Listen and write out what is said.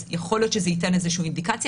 אז יכול להיות שזה ייתן איזושהי אינדיקציה.